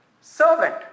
servant